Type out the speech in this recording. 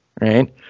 right